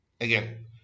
Again